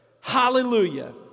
Hallelujah